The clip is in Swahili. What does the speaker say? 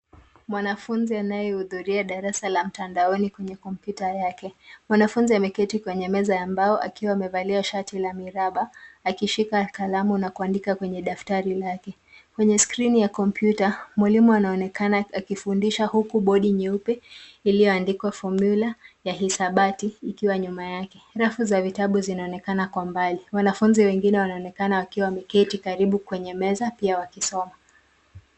Mwanafunzi anayehudhuria darasa la mtandaoni kwenye kompyuta yake. Mwanafunzi ameketi kwenye meza ya mbao akiwa amevalia shati la miraba, akishika kalamu na kuandika kwenye daftari lake. Kwenye screen ya kompyuta mwalimu anaonekana akifundisha huku bodi nyeupe iliyoandikwa fomula ya hisabati ikiwa nyuma yake. Safu za vitabu zinaonekana kwa mbali. Wanafunzi wengine wanaonekana wakiwa wameketi karibu kwenye meza pia wakisoma.